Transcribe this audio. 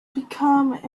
become